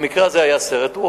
במקרה הזה היה סרט.